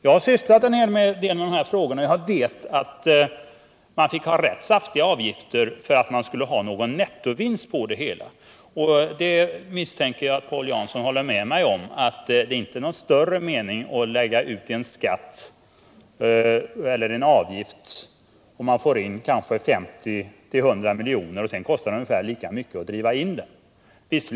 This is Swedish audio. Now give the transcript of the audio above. Jag har sysslat mycket med dessa frågor, och jag vet att man fick ha rätt saftiga avgiltor för att man skulle göra någon nettovinst på det hela. Jag misstänker att Paul Jansson håller med mig om att det inte är någon större mening med att lägga ut en skatt eller avgift som man får in 50-100 miljoner på, om det sedan kostar ungefär lika mycket alt driva in dessa pengar.